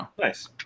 Nice